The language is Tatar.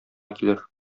килер